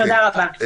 תודה רבה.